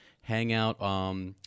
Hangout